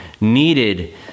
needed